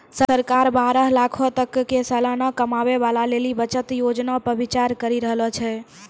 सरकार बारह लाखो तक के सलाना कमाबै बाला लेली बचत योजना पे विचार करि रहलो छै